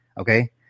Okay